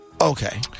Okay